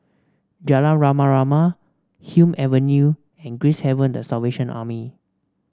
Jalan Rama Rama Hume Avenue and Gracehaven The Salvation Army